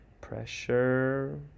pressure